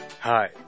Hi